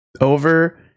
over